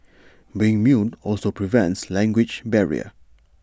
being mute also prevents language barrier